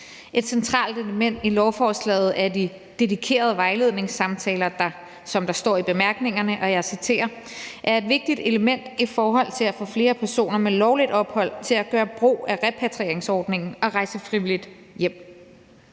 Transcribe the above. Et centralt element i lovforslaget er de dedikerede vejledningssamtaler, der, som der står i bemærkningerne, og jeg citerer, »er et vigtigt element i forhold til at få flere personer med lovligt ophold til at gøre brug af repatrieringsordningen og rejse frivilligt hjem.«